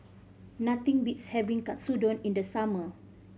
nothing beats having Katsudon in the summer